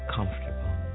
Comfortable